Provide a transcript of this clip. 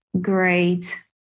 great